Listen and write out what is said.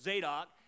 Zadok